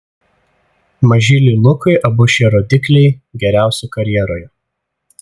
mažyliui lukui abu šie rodikliai geriausi karjeroje